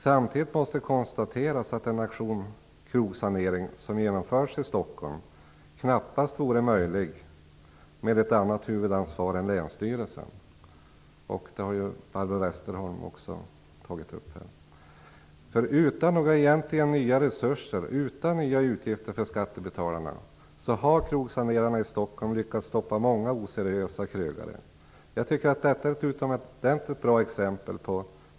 Samtidigt måste man konstateras att det knappast vore möjligt med Operation Krogsanering, som har genomförts i Stockholm, om någon annan än länsstyrelsen hade haft huvudansvaret. Det har Barbro Westerholm också tagit upp. Utan några egentliga nya resurser och utan nya utgifter för skattebetalarna har krogsanerarna i Stockholm lyckats stoppa många oseriösa krögare. Jag tycker att detta är ett utomordentligt bra exempel.